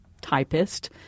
typist